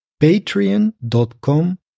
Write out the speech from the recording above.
patreon.com